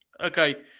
okay